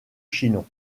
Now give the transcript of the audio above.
chinon